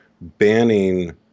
banning